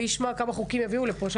מי ישמע כמה חוקים הביאו לפה.